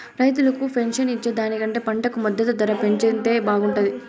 రైతులకు పెన్షన్ ఇచ్చే దానికంటే పంటకు మద్దతు ధర పెంచితే బాగుంటాది